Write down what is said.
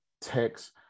text